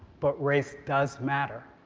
but race does matter.